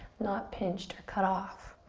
not pinched or cut off.